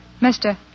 Mister